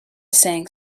saying